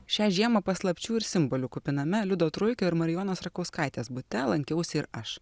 šią žiemą paslapčių ir simbolių kupiname liudo truikio ir marijonos rakauskaitės bute lankiausi ir aš